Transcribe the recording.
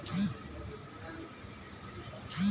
Health insurance ಗೆ age limit ಎಷ್ಟು?